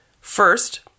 First